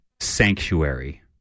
sanctuary